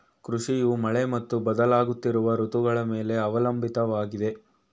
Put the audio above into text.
ಕೃಷಿಯು ಮಳೆ ಮತ್ತು ಬದಲಾಗುತ್ತಿರುವ ಋತುಗಳ ಮೇಲೆ ಅವಲಂಬಿತವಾಗಿದೆ